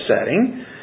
setting